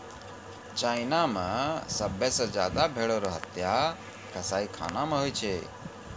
China मे सभ्भे से ज्यादा भेड़ो के हत्या कसाईखाना मे होय छै